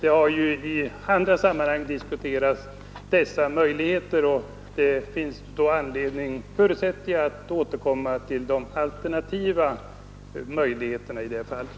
I andra sammanhang har ju dessa möjligheter diskuterats, och jag förutsätter att det finns anledning att återkomma till de alternativ som finns.